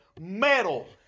metal